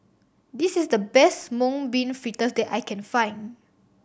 this is the best Mung Bean Fritters that I can find